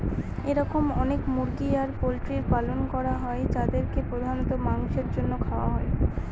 এরকম অনেক মুরগি আর পোল্ট্রির পালন করা হয় যাদেরকে প্রধানত মাংসের জন্য খাওয়া হয়